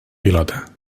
pilota